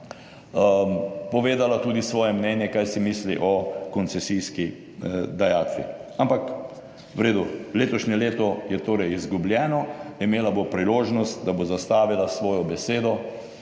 povedala tudi svoje mnenje kaj si misli o koncesijski dajatvi. Ampak, v redu, letošnje leto je torej izgubljeno. Imela bo priložnost, da bo zastavila svojo besedo